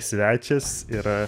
svečias yra